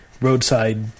roadside